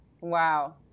Wow